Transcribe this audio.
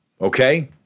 Okay